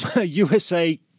USA